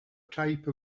type